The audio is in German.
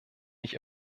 nicht